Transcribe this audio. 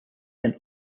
can